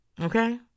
okay